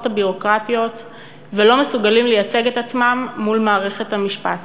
הביורוקרטיות ולא מסוגלים לייצג את עצמם מול מערכת המשפט.